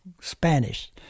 Spanish